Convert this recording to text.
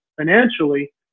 financially